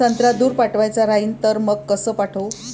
संत्रा दूर पाठवायचा राहिन तर मंग कस पाठवू?